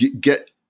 Get